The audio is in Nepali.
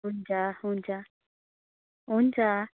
हुन्छ हुन्छ हुन्छ